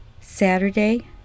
Saturday